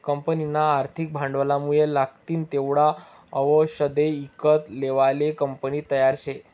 कंपनीना आर्थिक भांडवलमुये लागतीन तेवढा आवषदे ईकत लेवाले कंपनी तयार शे